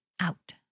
out